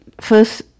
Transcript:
first